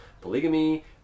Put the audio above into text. polygamy